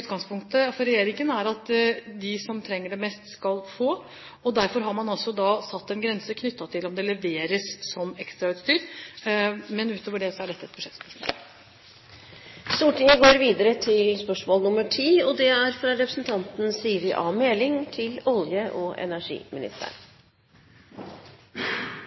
utgangspunktet for regjeringen er at de som trenger det mest, skal få det. Derfor har man altså da satt en grense knyttet til om utstyret leveres som ekstrautstyr. Men utover det er dette et budsjettspørsmål. Jeg har følgende spørsmål til olje- og energiministeren: «Ulykken ved atomkraftanlegget i Fukushima har medført en debatt i Europa i forhold til